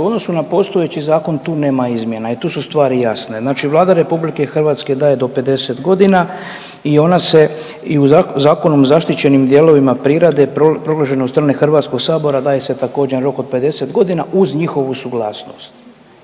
u odnosu na postoji zakon tu nema izmjena i tu su stvari jasne. Znači Vlada RH daje do 50 godina i ona se i u zakonom zaštićenim dijelovima prirode proglašena od strane HS-a daje se također rok od 50 godina uz njihovu suglasnost.